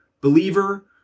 believer